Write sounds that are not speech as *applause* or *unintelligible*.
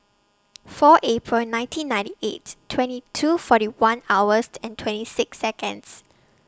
four April nineteen ninety eight twenty two forty one hours *unintelligible* and twenty six Seconds